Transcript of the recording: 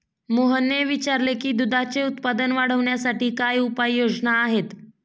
मोहनने विचारले की दुधाचे उत्पादन वाढवण्यासाठी काय उपाय योजना आहेत?